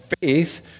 faith